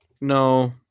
No